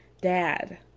dad